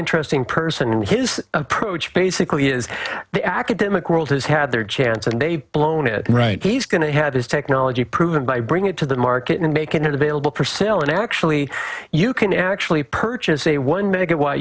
interesting person in his approach basically is the academic world has had their chance and they've blown it right he's going to have his technology proven by bring it to the market and make it available for sale and actually you can actually purchase a one m